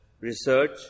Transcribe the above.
research